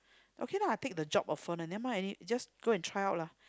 okay lah I take the job offer never mind just go and try out lah